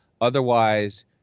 Otherwise